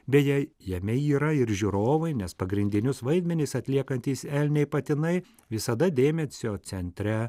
beje jame yra ir žiūrovai nes pagrindinius vaidmenis atliekantys elniai patinai visada dėmesio centre